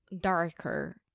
darker